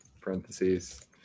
parentheses